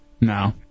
No